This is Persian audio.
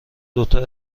دوتا